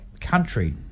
country